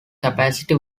capacity